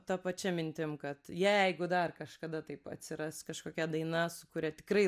ta pačia mintim kad jeigu dar kažkada taip atsiras kažkokia daina su kuria tikrai